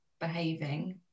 behaving